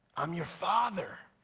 i'm your father!